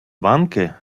банки